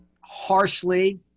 harshly